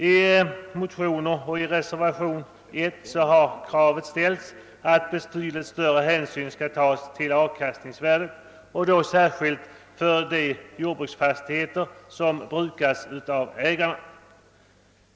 I motioner och i reservationen A har kravet ställts att betydligt större hänsyn skall tas till avkastningsvärdet, särskilt på de jordbruksfastigheter som brukats av ägarna.